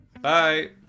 Bye